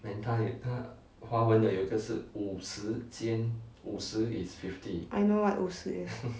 I know what 五十 is